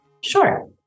sure